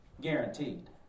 guaranteed